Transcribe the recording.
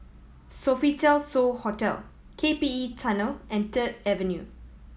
Sofitel So Hotel K P E Tunnel and Third Avenue